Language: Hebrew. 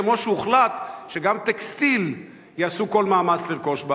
כמו שהוחלט שגם טקסטיל יעשו כל מאמץ לרכוש בארץ.